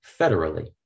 federally